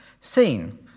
seen